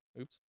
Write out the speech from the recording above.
Oops